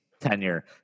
tenure